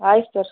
ಆಯಿತು ಸರ್